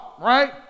right